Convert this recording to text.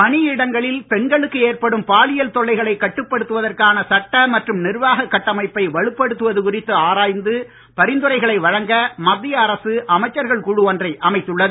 பணியிடங்களில் பெண்களுக்கு ஏற்படும் பாலியல் தொல்லைகளை கட்டுப்படுத்துவதற்கான சட்ட மற்றும் நிர்வாக கட்டமைப்பை வலுப்படுத்துவது குறித்து ஆராய்ந்து பரிந்துரைகளை வழங்க மத்திய அரசு அமைச்சர்கள் குழு ஒன்றை அமைத்துள்ளது